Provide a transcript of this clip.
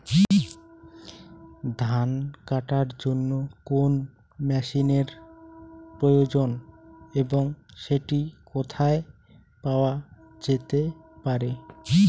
ধান কাটার জন্য কোন মেশিনের প্রয়োজন এবং সেটি কোথায় পাওয়া যেতে পারে?